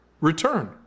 return